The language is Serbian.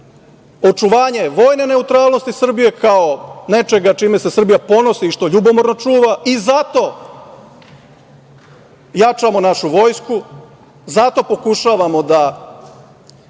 očuvanje vojne neutralnosti Srbije kao nečega čime se Srbija ponosi i što ljubomorno čuva i zato jačamo našu vojsku, zato pokušavamo da